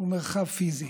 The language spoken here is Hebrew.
ומרחב פיזי.